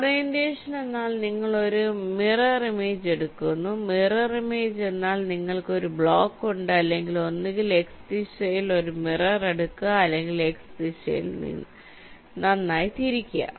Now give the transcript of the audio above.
orientation എന്നാൽ നിങ്ങൾ ഒരു മിറർ ഇമേജ് എടുക്കുന്നു മിറർ ഇമേജ് എന്നാൽ നിങ്ങൾക്ക് ഒരു ബ്ലോക്ക് ഉണ്ട് അല്ലെങ്കിൽ ഒന്നുകിൽ x ദിശയിൽ ഒരു മിറർ എടുക്കുക അല്ലെങ്കിൽ x ദിശയിൽ നന്നായി തിരിക്കുക